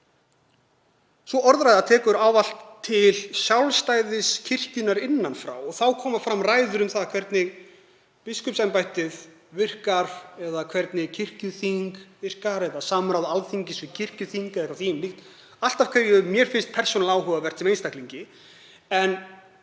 á dögunum, tekur ávallt til sjálfstæðis kirkjunnar innan frá. Þá koma fram ræður um það hvernig biskupsembættið virkar eða hvernig kirkjuþing virkar, eða samráð Alþingis við kirkjuþing eða því um líkt, sem mér finnst allt persónulega áhugavert sem einstaklingi